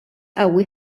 qawwi